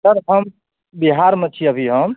sir हम बिहारमे छी अभी हम